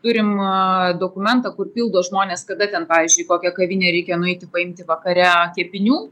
turim dokumentą kur pildo žmonės kada ten pavyzdžiui į kokią kavinę reikia nueiti paimti vakare kepinių